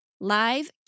live